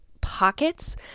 pockets